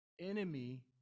enemy